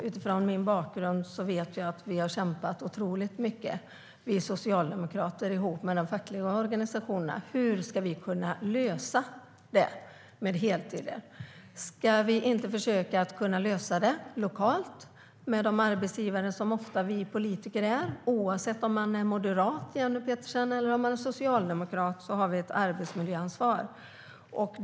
Utifrån min bakgrund vet jag att vi socialdemokrater har kämpat mycket ihop med de fackliga organisationerna för att lösa detta med heltider. Ska vi inte försöka lösa det lokalt som arbetsgivare, som vi politiker ofta är? Oavsett om man är moderat, Jenny Petersson, eller socialdemokrat har man ett arbetsmiljöansvar.